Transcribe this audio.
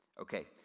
okay